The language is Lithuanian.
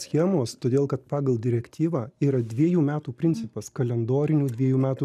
schemos todėl kad pagal direktyvą yra dviejų metų principas kalendorinių dviejų metų